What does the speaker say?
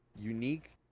unique